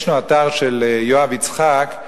יש אתר של יואב יצחק,